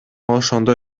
ошондо